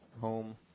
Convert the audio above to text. home